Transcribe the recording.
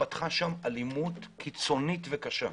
התפתחה שם אלימות קיצונית וקשה.